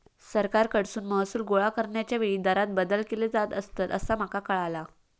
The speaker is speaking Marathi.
सरकारकडसून महसूल गोळा करण्याच्या वेळी दरांत बदल केले जात असतंत, असा माका कळाला